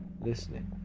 Listening